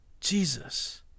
Jesus